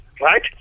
right